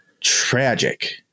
tragic